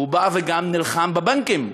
הוא בא וגם נלחם בבנקים,